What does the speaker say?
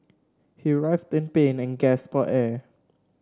he writhed in pain and gasped for air